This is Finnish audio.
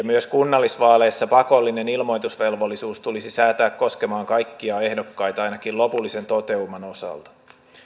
myös kunnallisvaaleissa pakollinen ilmoitusvelvollisuus tulisi säätää koskemaan kaikkia ehdokkaita ainakin lopullisen toteutuman osalta